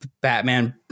Batman